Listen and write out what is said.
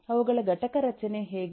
ಅವುಗಳ ಘಟಕ ರಚನೆ ಹೇಗೆ